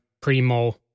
Primo